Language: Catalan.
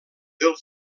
del